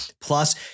plus